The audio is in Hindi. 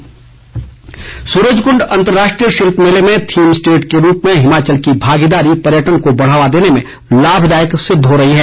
सूरजकुंड सूरजकुंड अंतर्राष्ट्रीय शिल्प मेले में थीम स्टेट के रूप में हिमाचल की भागीदारी पर्यटन को बढ़ावा देने में लाभदायक सिद्व हो रही है